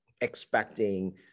expecting